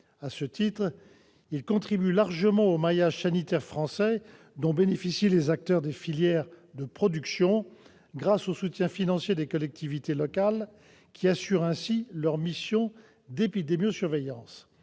À ce titre, ils contribuent largement au maillage sanitaire français dont bénéficient les acteurs des filières de production, grâce au soutien financier des collectivités locales, qui assurent ainsi leurs missions d'épidémiosurveillance.